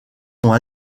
sont